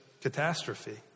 catastrophe